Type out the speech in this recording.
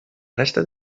resta